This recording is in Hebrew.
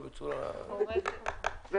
אני